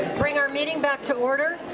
bring our meeting back to order.